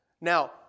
Now